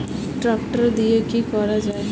Tractor দিয়ে কি করা যায়?